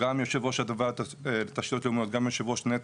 גם יושבת ראש ועדת תשתיות לאומיות וגם יושב ראש נת"ע,